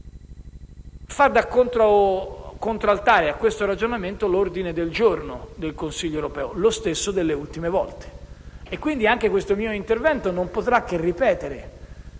Fa da contraltare a questo ragionamento l'ordine del giorno del Consiglio europeo: lo stesso delle ultime volte. E, quindi, anche questo mio intervento non potrà che ripetere